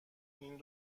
این